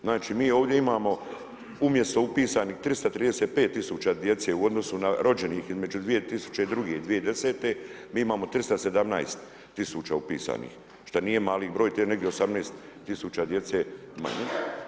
Znači mi ovdje imamo umjesto upisanih 335 tisuća djece u odnosu na rođenih između 2002. i 2010. mi imamo 317 tisuća upisanih, što nije mali broj, to je negdje 18 tisuća djece manje.